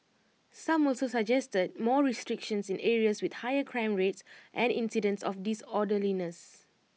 some also suggested more restrictions in areas with higher crime rates and incidents of disorderliness